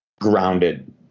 grounded